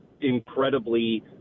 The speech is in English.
incredibly